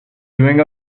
doing